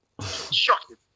shocking